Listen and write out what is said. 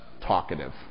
talkative